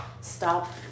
Stop